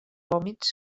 vòmits